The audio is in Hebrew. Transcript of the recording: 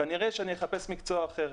כנראה שאחפש מקצוע אחר.